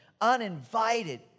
uninvited